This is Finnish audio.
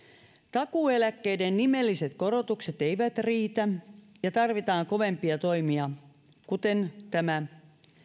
takuueläkkeiden nimelliset korotukset eivät riitä ja tarvitaan kovempia toimia kuten tämä